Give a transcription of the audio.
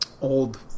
Old